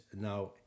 now